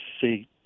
see